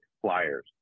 flyers